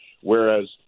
whereas